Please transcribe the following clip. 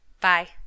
Bye